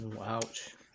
ouch